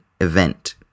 event